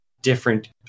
different